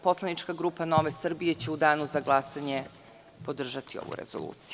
Poslanička grupa Nove Srbije će u danu za glasanje podržati ovu rezoluciju.